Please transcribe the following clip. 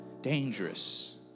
Dangerous